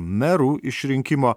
merų išrinkimo